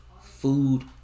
food